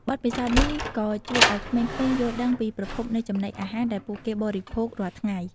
បទពិសោធន៍នេះក៏ជួយឱ្យក្មេងៗយល់ដឹងពីប្រភពនៃចំណីអាហារដែលពួកគេបរិភោគរាល់ថ្ងៃ។